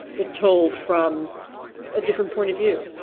but told from a different point of view,